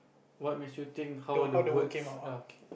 what makes you think how the words